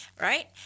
right